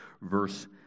verse